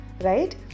right